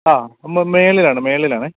ആ മുകളിലാണ് മുകളിലാണ്